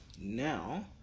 now